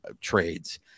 trades